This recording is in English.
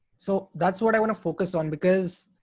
so that's what i wanna focus on, because